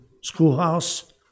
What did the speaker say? schoolhouse